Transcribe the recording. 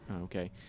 Okay